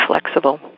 flexible